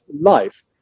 life